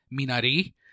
Minari